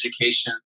education